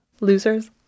Losers